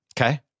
Okay